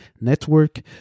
Network